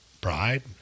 Pride